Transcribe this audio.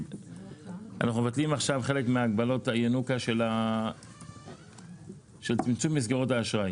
אנחנו מבטלים עכשיו חלק מהגבלות הינוקא של צמצום מסגרות האשראי